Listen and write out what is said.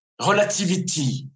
relativity